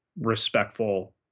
respectful